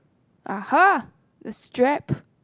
!aha! the strap